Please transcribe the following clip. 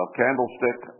candlestick